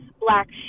black